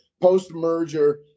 post-merger